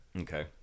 Okay